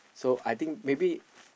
so I think maybe